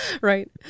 Right